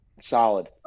Solid